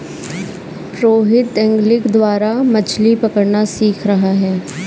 Rohit angling द्वारा मछ्ली पकड़ना सीख रहा है